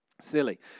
Silly